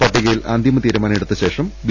പട്ടികയിൽ അന്തിമ തീരുമാന മെടുത്ത ശേഷം ബി